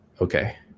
Okay